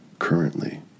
currently